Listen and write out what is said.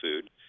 food